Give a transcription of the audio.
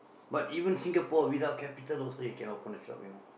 but even Singapore without capital also you can open a shop you know